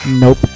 Nope